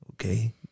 Okay